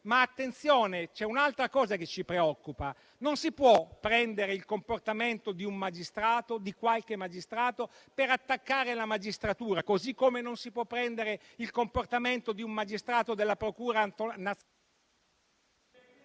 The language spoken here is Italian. Attenzione, però: c'è un'altra cosa che ci preoccupa. Non si può prendere il comportamento di qualche magistrato per attaccare la magistratura, così come non si può prendere il comportamento di un magistrato della procura nazionale